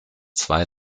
zwei